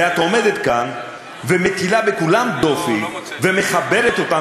ואת עומדת כאן ומטילה בכולם דופי ומחברת אותם